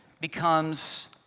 becomes